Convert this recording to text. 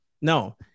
No